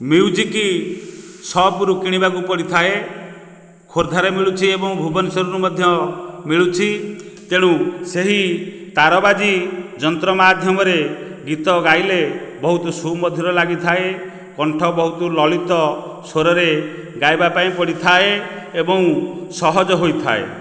music ସପ୍ରୁ କିଣିବାକୁ ପଡ଼ିଥାଏ ଖୋର୍ଦ୍ଧାରେ ମିଳୁଛି ଏବଂ ଭୁବନେଶ୍ୱରରେ ମଧ୍ୟ ମିଳୁଛି ତେଣୁ ସେହି ତାରବାଜି ଯନ୍ତ୍ର ମାଧ୍ୟମରେ ଗୀତ ଗାଇଲେ ବହୁତ ସୁମଧୁର ଲାଗିଥାଏ କଣ୍ଠ ବହୁତ ଲଳିତ ସ୍ୱରରେ ଗାଇବା ପାଇଁ ପଡ଼ିଥାଏ ଏବଂ ସହଜ ହୋଇଥାଏ